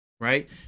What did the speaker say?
right